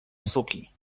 suki